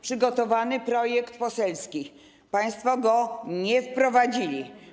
Przygotowany został projekt poselski, państwo go nie wprowadzili.